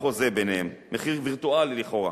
בחוזה ביניהם, מחיר וירטואלי לכאורה,